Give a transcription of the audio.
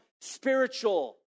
spiritual